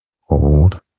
Hold